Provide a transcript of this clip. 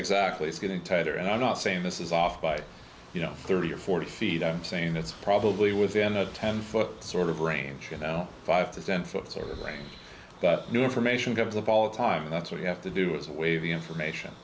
exactly it's getting tighter and i'm not saying this is off by you know thirty or forty feet i'm saying it's probably within a ten foot sort of range you know five to ten foot sort of range got new information got the ball time that's what you have to do is wave the information